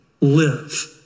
live